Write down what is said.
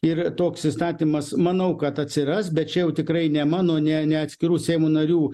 ir toks įstatymas manau kad atsiras bet čia jau tikrai ne mano ne ne atskirų seimo narių